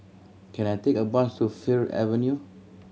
can I take a bus to Fir Avenue